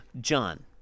John